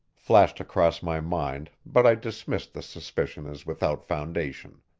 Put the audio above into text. flashed across my mind but i dismissed the suspicion as without foundation.